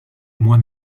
moi